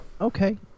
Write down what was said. Okay